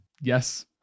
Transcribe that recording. yes